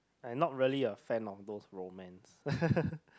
I not really a fan of those romance